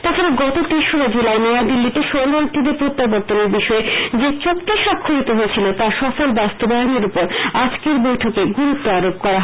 তাছাড়া দত তেসরা জুলাই নয়া দিল্লিতে শরণার্থীদের প্রত্যাবর্তনের বিষয়ে যে চুক্তি স্বাক্ষরিত হয়েছিল তার সফল বাস্তবায়নের উপর আজকের বৈঠকে গুরুত্ব আরোপ করা হয়